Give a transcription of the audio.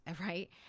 right